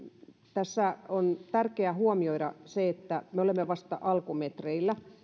tässä on tärkeä huomioida se että me olemme vasta alkumetreillä